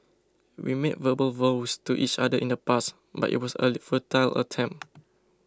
we made verbal vows to each other in the past but it was a futile attempt